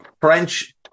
French